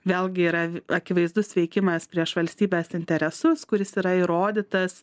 vėlgi yra akivaizdus veikimas prieš valstybės interesus kuris yra įrodytas